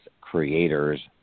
creators